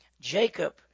Jacob